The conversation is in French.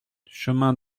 chemin